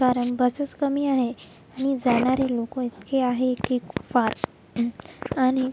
कारण बसेस कमी आहे आणि जाणारे लोक इतके आहे की खूप फार आणि